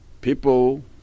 People